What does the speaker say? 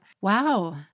Wow